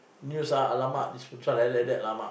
news ah alamak this child like that alamak